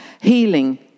healing